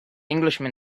englishman